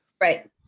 Right